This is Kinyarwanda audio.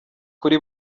kuri